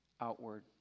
outward